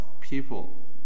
people